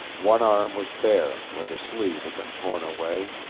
one arm was bare where the sleeve had been torn away,